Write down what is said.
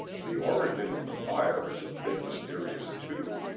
the origin of the fire is a bit mysterious, too.